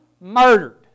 murdered